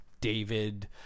David